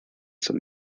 some